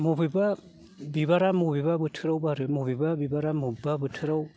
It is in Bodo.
बबेबा बिबारा बबेबा बोथोराव बारो बबेबा बिबारा बबेबा बोथोराव